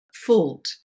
fault